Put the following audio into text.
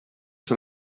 sur